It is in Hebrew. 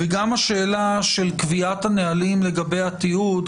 השאלה של קביעת הנהלים לגבי התיעוד,